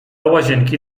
łazienki